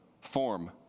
form